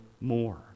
more